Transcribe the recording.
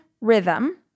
rhythm